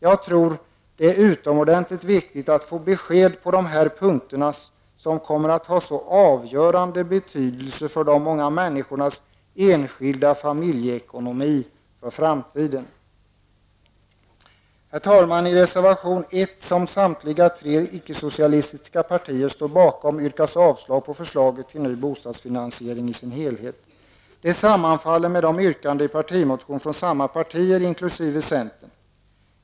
Jag tror att det är utomordentligt viktigt att få besked på dessa punkter, som kommer att ha så avgörande betydelse för de många människornas enskilda familjeekonomi för framtiden. Herr talman! I reservation 1, som samtliga tre icke socialistiska partier står bakom, yrkas avslag på förslaget till ny bostadsfinansiering i sin helhet. Det sammanfaller med yrkandena i partimotioner från samma partier, inkl. centern.